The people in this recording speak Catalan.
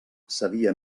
sabia